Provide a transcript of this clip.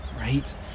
right